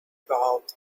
evolved